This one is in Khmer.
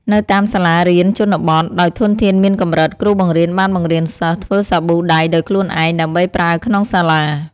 នៅតាមសាលារៀនជនបទ ដោយធនធានមានកម្រិត គ្រូបង្រៀនបានបង្រៀនសិស្សធ្វើសាប៊ូដៃដោយខ្លួនឯង ដើម្បីប្រើក្នុងសាលា។